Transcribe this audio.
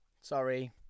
sorry